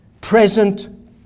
present